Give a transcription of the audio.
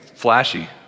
flashy